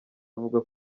avuga